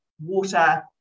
water